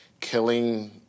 killing